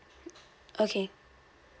okay